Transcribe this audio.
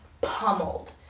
pummeled